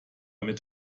mit